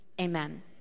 amen